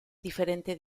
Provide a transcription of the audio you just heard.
diferente